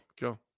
go